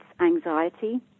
anxiety